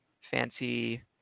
fancy